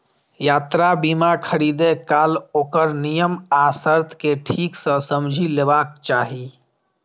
यात्रा बीमा खरीदै काल ओकर नियम आ शर्त कें ठीक सं समझि लेबाक चाही